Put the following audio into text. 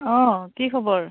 অঁ কি খবৰ